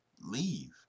leave